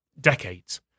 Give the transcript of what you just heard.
decades